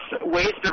waste